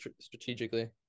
strategically